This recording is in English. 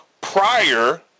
prior